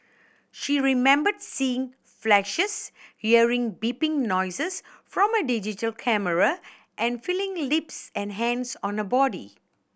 she remembered seeing flashes hearing beeping noises from a digital camera and feeling lips and hands on her body